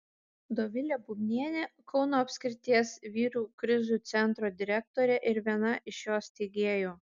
dovilė bubnienė kauno apskrities vyrų krizių centro direktorė ir viena iš jo steigėjų